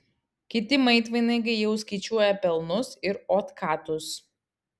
kiti maitvanagiai jau skaičiuoja pelnus ir otkatus